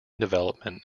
development